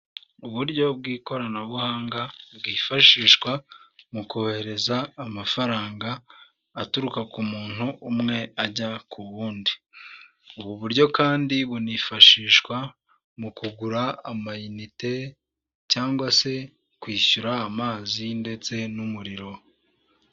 Uburyo bw'ikoranabuhanga bwifashishwa mu kohereza amafaranga aturuka ku muntu umwe ajya ku wundi. Ubu buryo kandi bunifashishwa mu kugura amanite, cyangwa se kwishyura amazi, ndetse n'umuriro